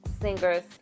singers